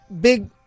big